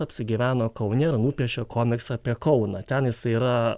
apsigyveno kaune ir nupiešė komiksą apie kauną ten jisai yra